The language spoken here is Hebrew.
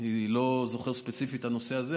אני לא זוכר ספציפית את הנושא הזה,